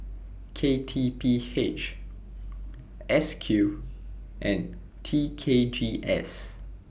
K T P H S Q and T K G S